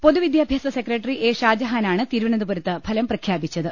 പൊതുവിദ്യാഭ്യാസ secretary A ഷാജഹാനാണ് തിരുവ നന്തപുരത്ത് ഫലം പ്രഖ്യാപിച്ചത്